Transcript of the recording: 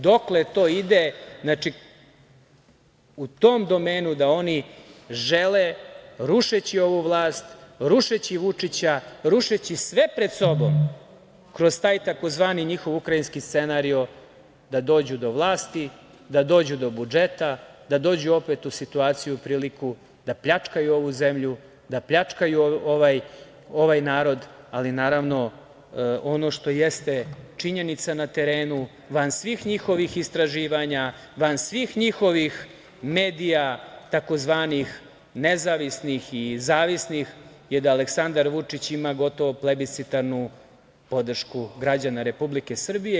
Dokle to ide u tom domenu da oni žele, rušeći ovu vlast, rušeći Vučića, rušeći sve pred sobom, kroz taj tzv. njihov ukrajinski scenario, da dođu do vlasti, da dođu do budžeta, da dođu opet u situaciju i priliku da pljačkaju ovu zemlju, da pljačkaju ovaj narod, ali naravno, ono što jeste činjenica na terenu, van svih njihovih istraživanja, van svih njihovih medija tzv. nezavisnih i zavisnih je da Aleksandar Vučić ima gotovo plebiscitarnu podršku građana Republike Srbije.